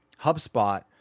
HubSpot